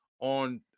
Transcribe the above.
on